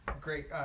great